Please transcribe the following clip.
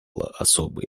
особый